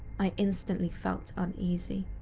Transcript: i instantly felt uneasy.